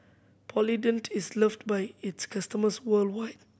Polident is loved by its customers worldwide